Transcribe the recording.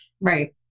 Right